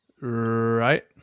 right